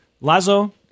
Lazo